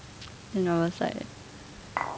and I was like